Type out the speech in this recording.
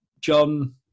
John